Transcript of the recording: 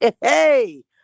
Hey